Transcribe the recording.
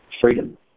freedom